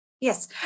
yes